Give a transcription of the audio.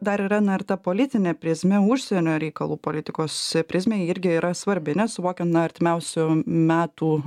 dar yra na ir ta politinė prizmė užsienio reikalų politikos prizmė irgi yra svarbi ne suvokian na artimiausių metų